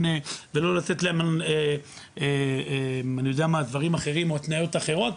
ולא לתת להם דברים אחרים או התניות אחרות,